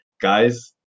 guys